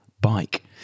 bike